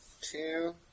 two